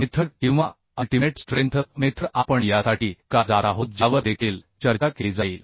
method किंवा ultimate strength method आपण यासाठी का जात आहोत ज्यावर देखील चर्चा केली जाईल